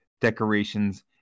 decorations